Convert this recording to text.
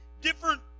different